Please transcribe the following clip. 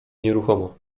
nieruchomo